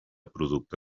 producte